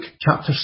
chapter